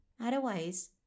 Otherwise